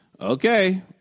Okay